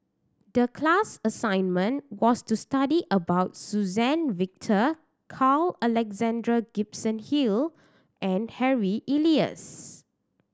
the class assignment was to study about Suzann Victor Carl Alexander Gibson Hill and Harry Elias